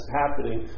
happening